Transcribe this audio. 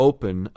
Open